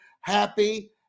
happy